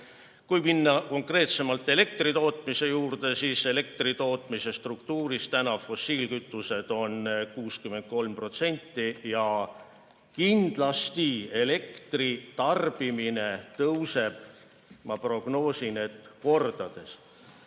Kui minna konkreetsemalt elektritootmise juurde, siis elektritootmise struktuuris moodustavad fossiilkütused 63%. Ja kindlasti elektritarbimine tõuseb, ma prognoosin, kordades,